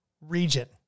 region